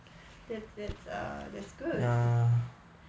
that's that's uh that's good